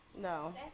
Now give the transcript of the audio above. No